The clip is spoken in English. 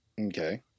Okay